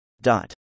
Dot